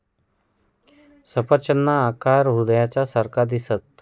सफरचंदना आकार हृदयना सारखा दिखस